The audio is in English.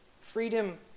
Freedom